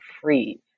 freeze